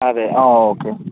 അതെ ആ ഓക്കെ